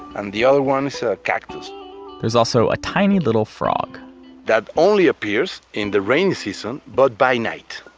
and the other one is a cactus there's also a tiny little frog that only appears in the rainy season, but by night.